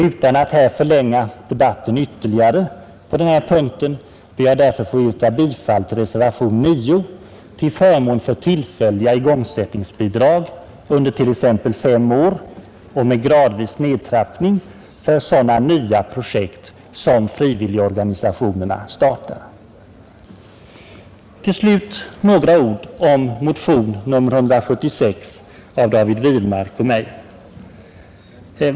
Utan att förlänga debatten ytterligare på denna punkt ber jag därför att få yrka bifall till reservationen 9 vid punkten 7 till förmån för tillfälliga igångsättningsbidrag under t.ex. fem år — med gradvis nedtrappning — för sådana nya projekt, som frivilligorganisationerna startar. Till slut några ord om motion nr 176 av David Wirmark och mig.